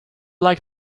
like